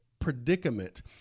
predicament